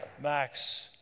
Max